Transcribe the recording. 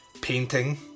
painting